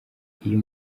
iyo